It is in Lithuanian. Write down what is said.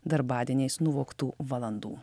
darbadieniais nuvogtų valandų